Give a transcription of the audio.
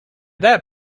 that